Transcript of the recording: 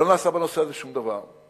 שלא נעשה בנושא הזה שום דבר.